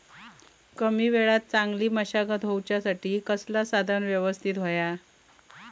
कमी वेळात चांगली मशागत होऊच्यासाठी कसला साधन यवस्तित होया?